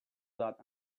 that